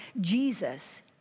Jesus